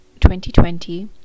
2020